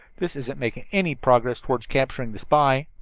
this isn't making any progress toward capturing the spy.